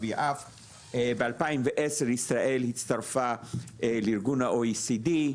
ב-2010 ישראל הצטרפה לארגון ה-OECD,